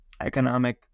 economic